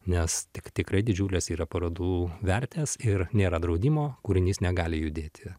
nes tik tikrai didžiulės yra parodų vertės ir nėra draudimo kūrinys negali judėti